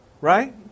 Right